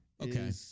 Okay